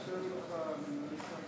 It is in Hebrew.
(חברי הכנסת